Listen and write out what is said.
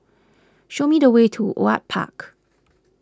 show me the way to Ewart Park